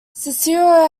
cicero